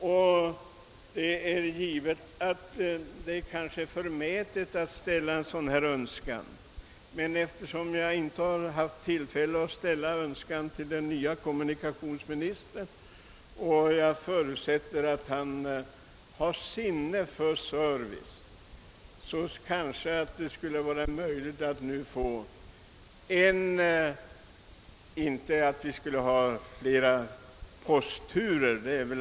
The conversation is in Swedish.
Möjligen är det förmätet att framställa ett sådant önskemål, men jag har inte förut haft tillfälle att framföra det till den nye kommunikationsministern — jag förutsätter att han har sinne för service — och vi kanske på det här sättet skulle få fram en service som verkligen fungerar.